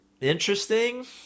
interesting